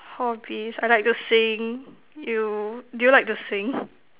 hobbies I like to sing you do you like to sing